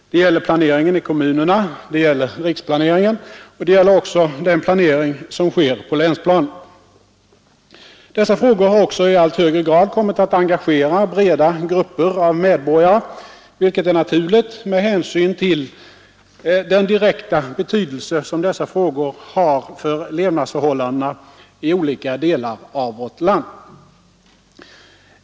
Det gäller planeringen i kommunerna, det gäller riksplaneringen och det gäller även den planering som sker på länsplanet. Dessa frågor har också i allt högre grad kommit att engagera breda grupper av medborgare, vilket är naturligt med hänsyn till den direkta betydelse som dessa frågor har för levnadsförhållandena i olika delar av vårt land.